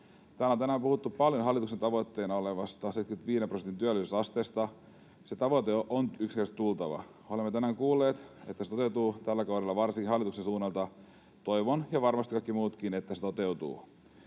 Täällä on tänään puhuttu paljon hallituksen tavoitteena olevasta 75 prosentin työllisyysasteesta — sen tavoitteen on yksinkertaisesti tultava. Olemme tänään kuulleet varsinkin hallituksen suunnalta, että se toteutuu tällä kaudella. Toivon ja varmasti kaikki muutkin toivovat, että se toteutuu.